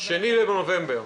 ב-2 בנובמבר,